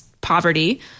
poverty